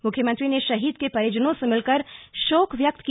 मुख्यमंत्री ने शहीद के परिजनों से मिलकर कर शोक व्यक्त किया